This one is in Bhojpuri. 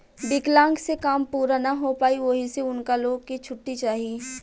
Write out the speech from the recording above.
विकलांक से काम पूरा ना हो पाई ओहि से उनका लो के छुट्टी चाही